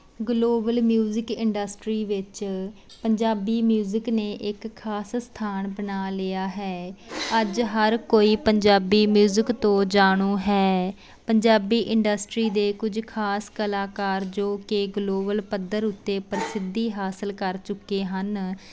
global music industry ਵਿੱਚ Punjabi music ਨੇ ਇੱਕ ਖਾਸ ਸਥਾਨ ਬਣਾ ਲਿਆ ਹੈ ਅੱਜ ਹਰ ਕੋਈ ਪੰਜਾਬੀ ਮਿਊਜ਼ਿਕ ਤੋਂ ਜਾਣੂ ਹੈ ਪੰਜਾਬੀ ਇੰਡਸਟਰੀ ਦੇ ਕੁਝ ਖਾਸ ਕਲਾਕਾਰ ਜੋ ਕਿ ਗਲੋਬਲ ਪੱਧਰ ਉੱਤੇ ਪ੍ਰਸਿੱਧੀ ਹਾਸਲ ਕਰ ਚੁੱਕੇ ਹਨ